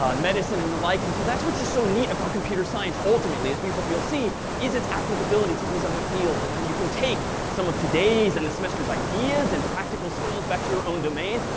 um medicine, and the like. and so that's what's just so neat about computer science ultimately, as we hope you'll see is its applicability to these other fields, and how you can take some of today's and the semester's ideas and practical skills back to your own domain,